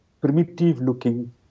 primitive-looking